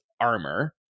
armor